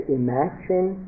imagine